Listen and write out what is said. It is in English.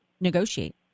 negotiate